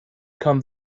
kann